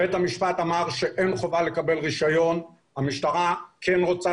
בית המשפט אמר שאין חובה לקבל רישיון והמשטרה כן רוצה